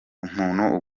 umuntu